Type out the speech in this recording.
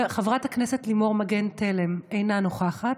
חברת הכנסת לימור מגן תלם, אינה נוכחת.